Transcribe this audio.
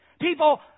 People